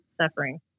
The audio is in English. suffering